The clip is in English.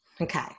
Okay